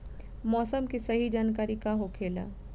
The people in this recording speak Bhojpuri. मौसम के सही जानकारी का होखेला?